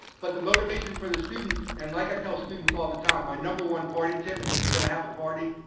but the motivation for the students, and like i tell students all the time, my number one party tip is if you're gonna have a party,